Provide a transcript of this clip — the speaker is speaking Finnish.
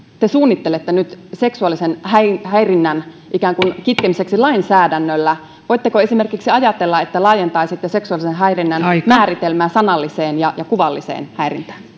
te suunnittelette nyt seksuaalisen häirinnän häirinnän kitkemiseksi lainsäädännöllä voitteko esimerkiksi ajatella että laajentaisitte seksuaalisen häirinnän määritelmää sanalliseen ja kuvalliseen häirintään